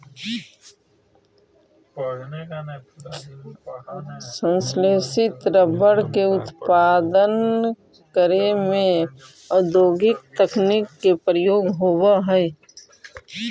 संश्लेषित रबर के उत्पादन करे में औद्योगिक तकनीक के प्रयोग होवऽ हइ